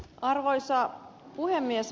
arvoisa puhemies